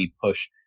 push